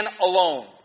alone